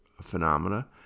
phenomena